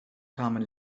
kamen